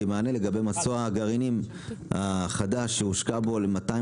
מענה לגבי מסוע גרעינים החדש שהושקע בו ל- 250